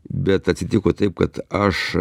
bet atsitiko taip kad aš